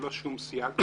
ללא שום סייג,